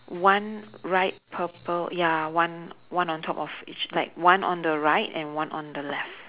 one right purple ya one one on top of each like one on the right and one on the left